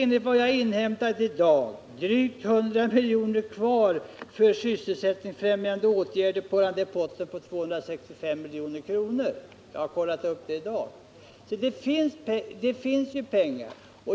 Enligt vad jag i dag har inhämtat finns det kvar flera miljoner av denna post på 265 milj.kr. för sysselsättningsfrämjande åtgärder. Det finns alltså pengar.